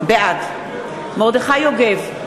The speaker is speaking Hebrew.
בעד מרדכי יוגב,